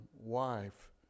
wife